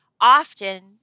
often